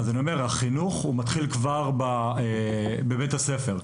אז החינוך מתחיל כבר בבית הספר.